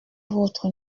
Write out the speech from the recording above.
votre